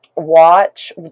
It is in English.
Watch